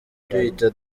duhita